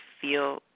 feel